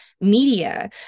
media